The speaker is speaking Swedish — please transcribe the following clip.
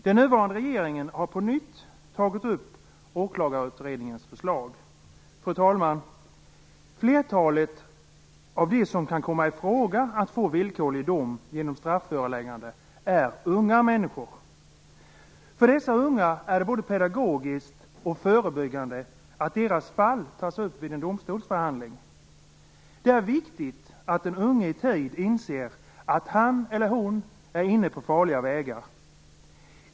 Den nuvarande regeringen har på nytt tagit upp åklagarutredningens förslag. Fru talman! Flertalet av dem som kan komma i fråga att få villkorlig dom genom strafföreläggande är unga människor. För dessa unga är det både pedagogiskt och förebyggande att deras fall tas upp vid en domstolsförhandling. Det är viktigt att den unge i tid inser att han eller hon är inne på farliga vägar.